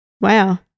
Wow